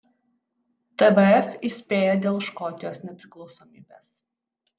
tvf įspėja dėl škotijos nepriklausomybės